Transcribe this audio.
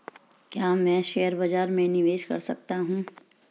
क्या मैं शेयर बाज़ार में निवेश कर सकता हूँ?